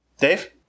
Dave